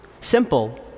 Simple